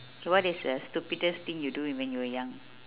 so what is the stupidest thing you do when you were young